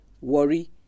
Worry